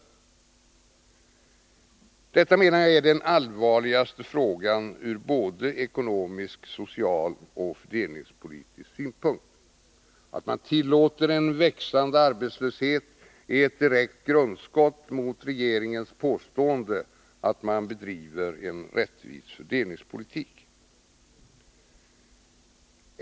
Arbetslösheten menar jag är den allvarligaste frågan ur både ekonomisk, social och fördelningspolitisk synpunkt. Att man tillåter en växande arbetslöshet är ett direkt grundskott mot regeringens påstående att man bedriver en rättvis fördelningspolitik.